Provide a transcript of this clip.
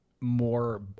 more